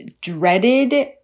dreaded